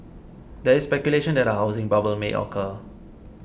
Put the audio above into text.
there is speculation that a housing bubble may occur